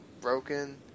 broken